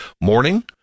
morning